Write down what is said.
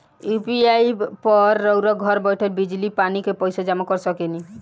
UPI पर रउआ घर बईठल बिजली, पानी के पइसा जामा कर सकेनी